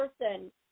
person